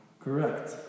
Correct